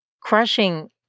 Crushing